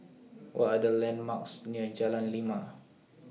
What Are The landmarks near Jalan Lima